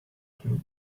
clue